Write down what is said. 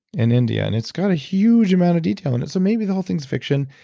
in india. and it's got a huge amount of detail in it so maybe the whole things fiction.